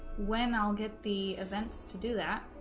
when i'll get the events to do that